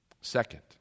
Second